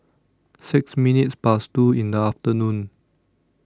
six minutes Past two in The afternoon